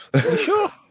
Sure